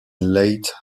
late